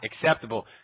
acceptable